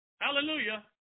Hallelujah